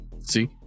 See